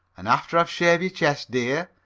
an' after i've shaved your chest, dear,